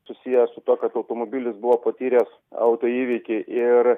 susiję su tuo kad automobilis buvo patyręs autoįvykį ir